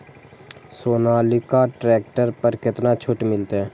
Sonalika tractor पर केतना छूट मिलते?